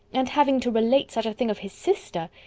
and having to relate such a thing of his sister!